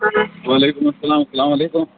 وَعلیکُم اَسَلام سَلام علیکُم